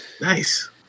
Nice